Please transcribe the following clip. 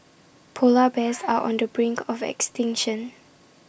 Polar Bears are on the brink of extinction